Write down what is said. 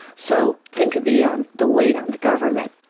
so think of the um the weight on the government.